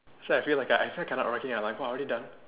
so I feel like I felt like cannot !wah! already done